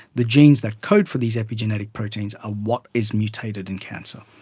the genes that code for these epigenetic proteins are what is mutated in cancer.